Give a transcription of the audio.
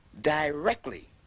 directly